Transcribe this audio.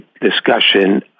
discussion